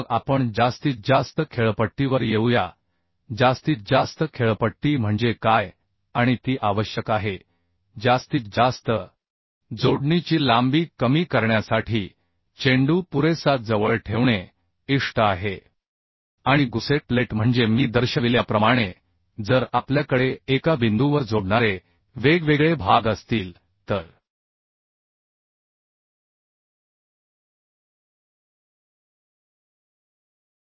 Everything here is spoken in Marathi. मग आपण जास्तीत जास्त पीचवर येऊया जास्तीत जास्त पीच म्हणजे काय आणि ती आवश्यक आहे जास्तीत जास्त जोडणीची लांबी कमी करण्यासाठी चेंडू पुरेसा जवळ ठेवणे इष्ट आहे आणि गुसेट प्लेट म्हणजे मी दर्शविल्याप्रमाणे जर आपल्याकडे एका बिंदूवर जोडणारे वेगवेगळे भाग असतील तर आपल्या कडे गुसेट प्लेटपेक्षा जास्त पीच चे अंतर आहे त्यासाठी हे अधिक आवश्यक असेल